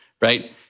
right